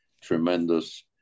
tremendous